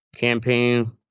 Campaign